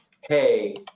hey